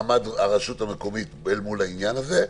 מעמד הרשות המקומית אל מול העניין הזה.